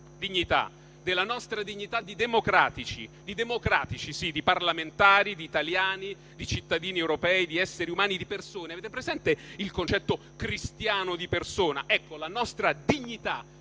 dignità di democratici (di democratici, sì!), di parlamentari, di italiani, di cittadini europei, di esseri umani, di persone. Avete presente il concetto cristiano di persona? Ecco, la nostra dignità